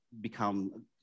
become